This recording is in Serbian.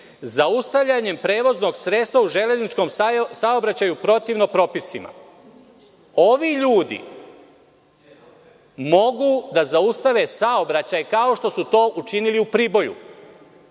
„zaustavljanjem prevoznog sredstva u železničkom saobraćaju protivno propisima“. Ovi ljudi mogu da zaustave saobraćaj kao što su to učinili u Priboju.